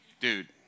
Dude